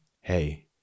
Hey